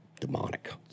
demonic